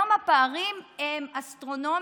היום הפערים הם אסטרונומיים,